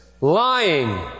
lying